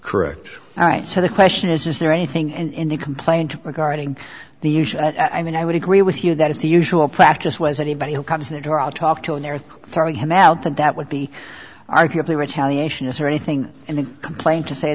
correct all right so the question is is there anything and in the complaint regarding the usual i mean i would agree with you that if the usual practice was anybody who comes in to talk to him they're throwing him out that that would be arguably retaliation is there anything in the complaint to say